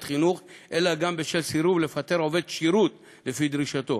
חינוך אלא גם בשל סירוב לפטר עובד שירות לפי דרישתו.